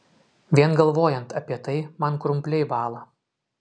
vien galvojant apie tai man krumpliai bąla